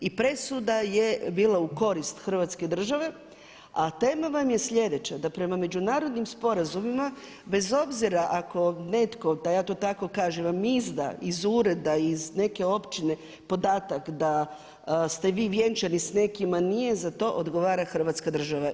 I presuda je bila u korist Hrvatske države a tema vam je sljedeća, da prema međunarodnim sporazumima bez obzira ako netko, da ja to tako kažem, vam izda iz ureda, iz neke općine podatak da ste vi vjenčani s nekim a nije za to odgovara Hrvatska država.